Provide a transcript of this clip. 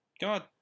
God